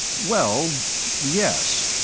well yes.